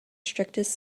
strictest